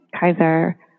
Kaiser